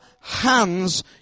hands